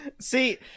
See